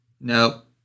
nope